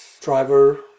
driver